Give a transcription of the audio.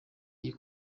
iyi